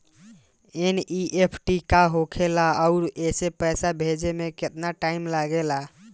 NEFT का होखे ला आउर एसे पैसा भेजे मे केतना टाइम लागेला?